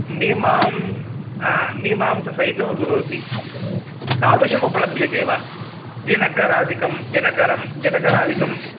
मीमां मीमांससहितमपि भवति तादृशम् उपलभ्यते वा दिनकरादिकं दिनकरं दिनकरादिकम्